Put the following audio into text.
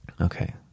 Okay